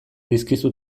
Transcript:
dizkizu